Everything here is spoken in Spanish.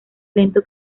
lento